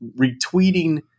retweeting